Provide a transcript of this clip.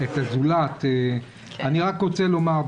אני רוצה לומר,